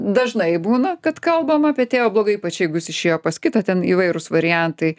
dažnai būna kad kalbama apie tėvą blogai ypač jeigu jis išėjo pas kitą ten įvairūs variantai